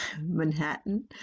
Manhattan